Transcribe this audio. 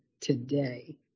today